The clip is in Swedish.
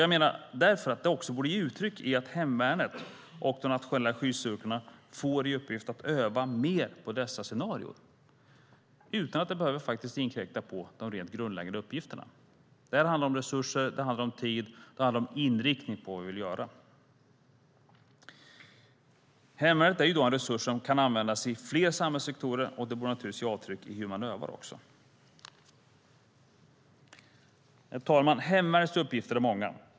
Jag menar därför att detta också borde ges uttryck i att hemvärnet och de nationella skyddsstyrkorna får i uppgift att öva mer på dessa scenarier, utan att det behöver inkräkta på de rent grundläggande uppgifterna. Det handlar om resurser, tid och inriktning på det vi vill göra. Hemvärnet är ju en resurs som kan användas i fler samhällssektorer, och det borde naturligtvis också ge avtryck i hur man övar. Herr talman! Hemvärnets uppgifter är många.